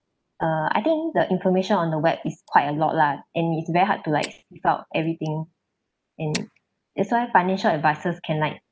UH I think the information on the web is quite a lot lah and it's very hard to like leave out everything and that's why financial advisers can like